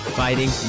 fighting